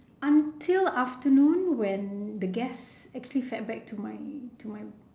until afternoon when the guest actually feedback to my to my